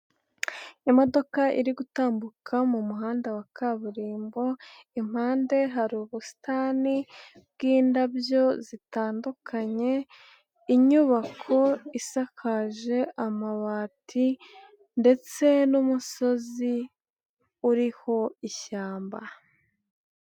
Imodoka iri gutambuka mu muhanda wa kaburimbo impande hari ubusitani bw'indabyo zitandukanye, inyubako isakaje amabati ndetse n'umusozi uriho ishyamba.